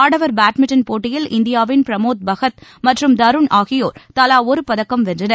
ஆடவர் பேட்மிண்டன் போட்டியில் இந்தியாவின் பிரமோத் பகத் மற்றும் தருண் ஆகியோர் தலாஒரு தங்கம் வென்றனர்